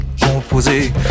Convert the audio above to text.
composé